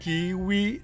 Kiwi